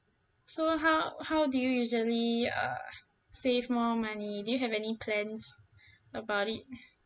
so how how do you usually uh save more money do you have any plans about it